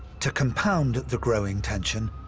to compound the growing tension,